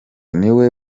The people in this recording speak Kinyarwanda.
niwe